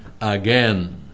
again